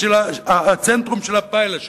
הצנטרום של הפיילה שלה,